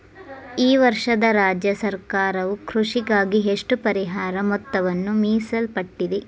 ಈ ವರ್ಷ ರಾಜ್ಯ ಸರ್ಕಾರವು ಕೃಷಿಗಾಗಿ ಎಷ್ಟು ಪರಿಹಾರ ಮೊತ್ತವನ್ನು ಮೇಸಲಿಟ್ಟಿದೆ?